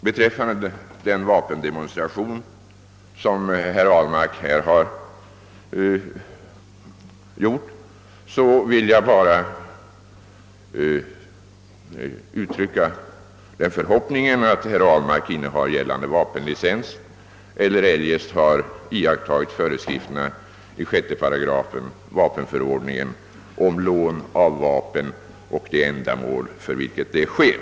Beträffande den vapendemonstration som herr Ahlmark här har gjort vill jag bara uttrycka den förhoppningen, att herr Ahlmark innehar gällande vapenlicens eller eljest har iakttagit föreskrifterna i 6 § vapenförordningen om lån av vapen och det ändamål för vilket det sker.